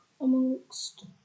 amongst